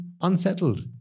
unsettled